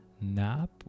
nap